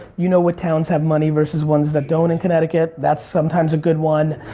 you know what towns have money versus ones that don't in connecticut. that's sometimes a good one.